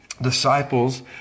disciples